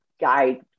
guide